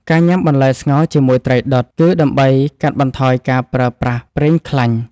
ការញ៉ាំបន្លែស្ងោរជាមួយត្រីដុត គឺដើម្បីកាត់បន្ថយការប្រើប្រាស់ប្រេងខ្លាញ់។